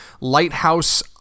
lighthouse